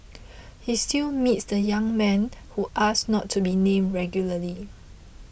he still meets the young man who asked not to be named regularly